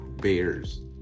Bears